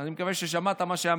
אני מקווה ששמעת מה שאמרתי.